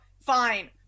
fine